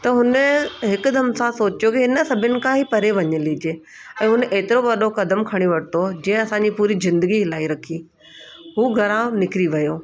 त हुन हिकदमि सां सोचियो की हिन सभिनि खां ई परे वञी हलिजे ऐं उन एतिरो वॾो क़दम खणी वरितो जंहिं असां ई पूरी जिंदगी हिलाए रखी हू घरां निकिरी वियो